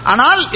Anal